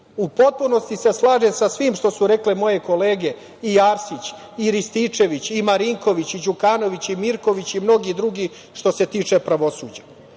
potpunosti se slažem sa svim što su rekle moje kolege, i Arsić, i Rističević, i Marinković, i Đukanović, i Mirković i mnogi drugi, što se tiče pravosuđa.